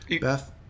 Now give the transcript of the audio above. Beth